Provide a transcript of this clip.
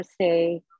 say